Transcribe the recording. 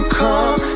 come